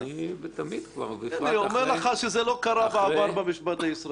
זה לא קרה בעבר במשפט הישראלי.